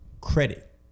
credit